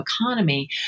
economy